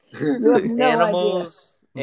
Animals